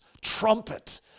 Trumpet